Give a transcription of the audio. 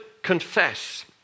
confess